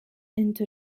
into